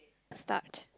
start